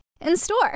In-store